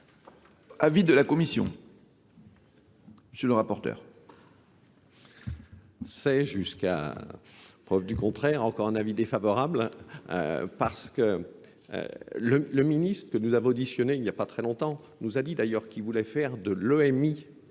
Avis de la Commission. Monsieur le rapporteur. C'est jusqu'à preuve du contraire, encore un avis défavorable, parce que le ministre que nous avons auditionné il n'y a pas très longtemps nous a dit d'ailleurs qu'il voulait faire de l'EMI,